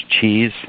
cheese